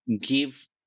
give